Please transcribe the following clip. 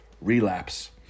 relapse